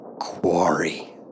quarry